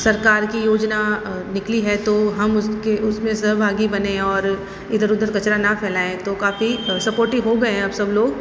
सरकार की योजना निकली है तो हम उसके उसमें सहभागी बने और इधर उधर कचरा ना फैलाएं तो काफ़ी सपोर्टिव हो गए अब सब लोग